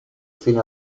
fine